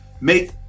make